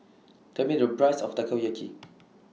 Tell Me The Price of Takoyaki